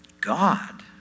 God